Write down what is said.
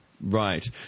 Right